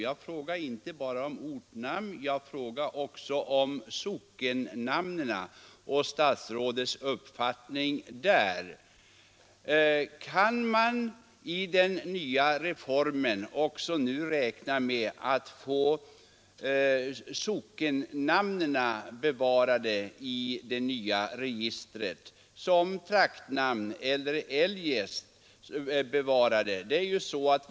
Jag frågade inte bara om ortnamnen utan också efter statsrådets uppfattning om sockennamnen. Kan man efter reformens genomförande räkna med att få också sockennamnen bevarade i det nya registret som traktnamn eller på annat sätt?